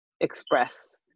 express